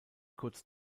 kurz